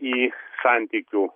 į santykių